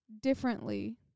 differently